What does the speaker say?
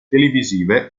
televisive